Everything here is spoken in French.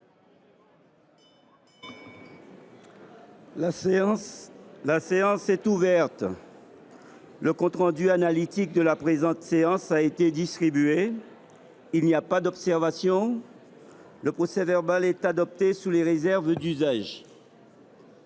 La séance est ouverte. Le compte rendu analytique de la précédente séance a été distribué. Il n’y a pas d’observation ?… Le procès verbal est adopté sous les réserves d’usage.